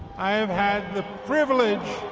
i have had the privilege